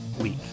week